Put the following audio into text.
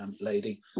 lady